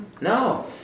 No